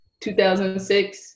2006